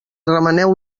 remeneu